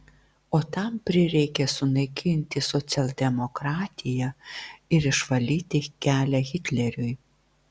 o tam prireikė sunaikinti socialdemokratiją ir išvalyti kelią hitleriui